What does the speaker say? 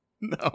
No